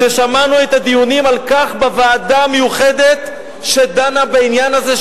כששמענו את הדיונים על כך בוועדה המיוחדת שדנה בעניין הזה,